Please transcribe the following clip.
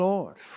Lord